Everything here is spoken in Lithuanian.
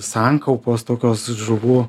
sankaupos tokios žuvų